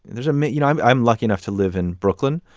there's a you know, i'm i'm lucky enough to live in brooklyn.